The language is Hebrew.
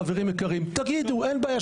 חברים יקרים, תגידו, אין בעיה.